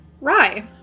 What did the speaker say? Rye